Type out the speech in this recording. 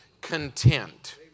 content